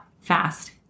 fast